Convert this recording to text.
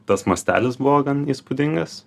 tas mastelis buvo gan įspūdingas